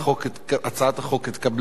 כולל לוח התיקונים.